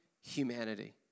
humanity